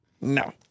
no